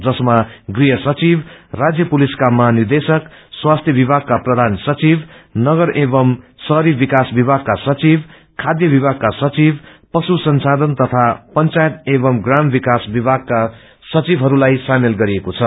जसमा गृह सचिव राज्य पुलिसका महानिदेशक स्वास्थ्य विमागका प्रधान सचिव नगर एवम् शहरी विकास विभागका सचिव खाथ्य विभागका सचिव पशु संसाधन तथा पंचायत एवम् ग्राम विकास विभागका सचिवहस्ताई सामेल गरिएको छ